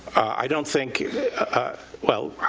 i don't think well,